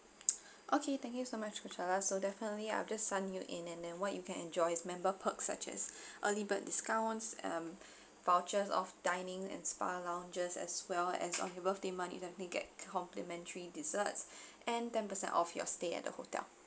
okay thank you so much for kushala so definitely I've just signed you in and then what you can enjoy is member perks such as early bird discounts um vouchers of dining and spa lounges as well as on your birthday month you definitely get complimentary desserts and ten percent off your stay at the hotel